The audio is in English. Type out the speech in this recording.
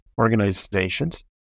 organizations